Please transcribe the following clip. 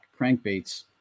crankbaits